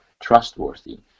trustworthy